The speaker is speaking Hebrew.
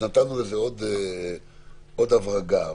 נתנו לזה עוד הברגה.